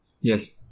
Yes